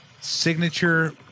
signature